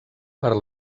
per